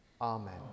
amen